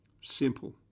Simple